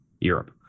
Europe